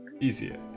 easier